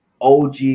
OG